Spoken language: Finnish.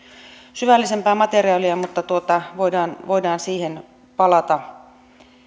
syvällisempää materiaalia mutta voidaan voidaan siihen palata